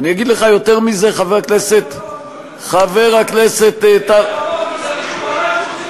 אגיד לך יותר מזה, חבר הכנסת, הבית שהורסים אותו.